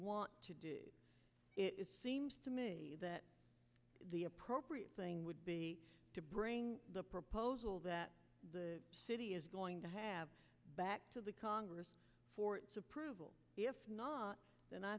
want to do it seems to me that the appropriate thing would be to bring the proposal that the city is going to have back to the congress for approval if not then i